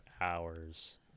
hours